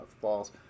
false